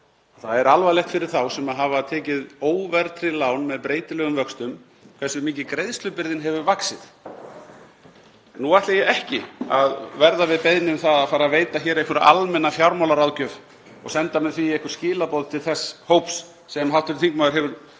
það er alvarlegt fyrir þá sem hafa tekið óverðtryggð lán með breytilegum vöxtum hversu mikið greiðslubyrðin hefur vaxið. Nú ætla ég ekki að verða við beiðni um að fara að veita hér einhverja almenna fjármálaráðgjöf og senda með því einhver skilaboð til þess hóps sem hv. þingmaður hefur gerst